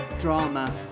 Drama